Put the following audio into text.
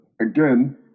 Again